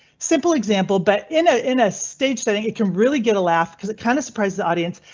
simple example, but in ah in a stage setting it can really get a laugh cause it kind of surprised the audience.